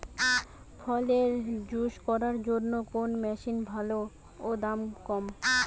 ফলের জুস করার জন্য কোন মেশিন ভালো ও দাম কম?